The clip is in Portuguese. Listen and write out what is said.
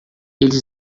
eles